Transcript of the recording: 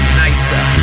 nicer